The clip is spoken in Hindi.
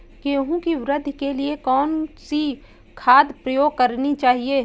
गेहूँ की वृद्धि के लिए कौनसी खाद प्रयोग करनी चाहिए?